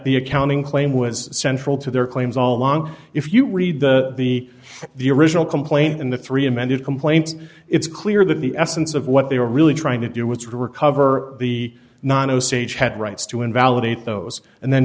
the accounting claim was central to their claims all along if you read the the the original complaint in the three amended complaint it's clear that the essence of what they were really trying to do was recover the non o seach had rights to invalidate those and then